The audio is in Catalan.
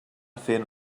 fent